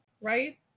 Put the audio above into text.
right